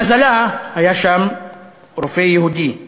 למזלה, היה שם רופא יהודי,